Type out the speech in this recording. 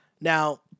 Now